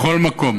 בכל מקום